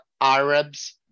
Arabs